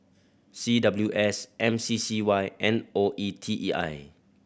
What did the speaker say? C W S M C C Y and O E T E I